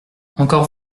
encore